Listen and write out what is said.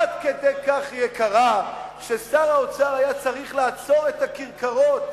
עד כדי יקרה ששר האוצר היה צריך לעצור את הכרכרות,